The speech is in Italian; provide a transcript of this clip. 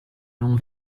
non